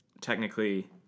technically